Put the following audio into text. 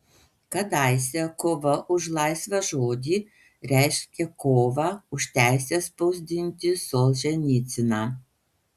kadaise kova už laisvą žodį reiškė kovą už teisę spausdinti solženicyną